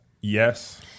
Yes